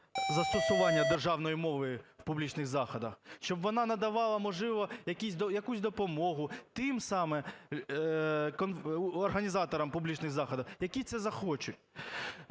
застосування державної мови в публічних заходах, щоб вона надавала, можливо, якусь допомогу тим саме організаторам публічних заходів, які це захочуть.